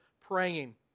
praying